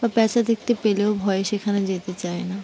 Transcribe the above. বা পেঁচা দেখতে পেলেও ভয়ে সেখানে যেতে চায় না